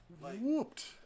Whooped